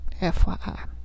FYI